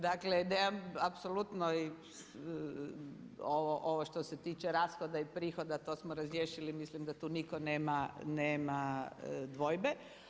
Dakle ideja apsolutno ovo što se tiče rashoda i prihoda to smo razriješili, mislim da to niko nema dvojbe.